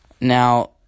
Now